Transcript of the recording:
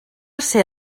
ser